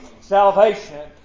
salvation